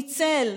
ניצל,